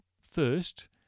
first